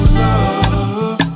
love